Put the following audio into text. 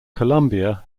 colombia